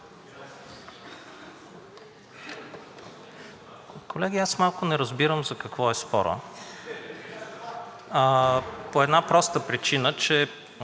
Колеги, аз малко не разбирам за какво е спорът по една проста причина, че